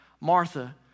Martha